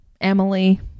Emily